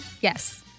Yes